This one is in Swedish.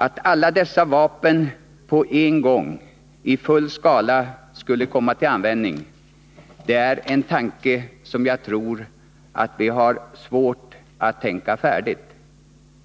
Att alla dessa vapen på en gång i full skala skulle komma till användning är en tanke som jag tror att vi har svårt att tänka färdig.